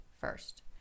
first